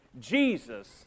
Jesus